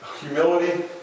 Humility